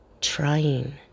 trying